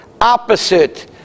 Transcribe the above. opposite